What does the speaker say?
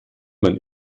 man